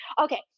Okay